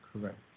Correct